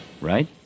Right